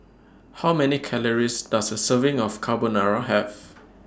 How Many Calories Does A Serving of Carbonara Have